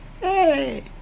hey